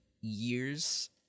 years